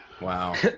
Wow